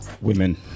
Women